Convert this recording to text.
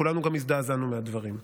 כולנו גם הזדעזענו מהדברים.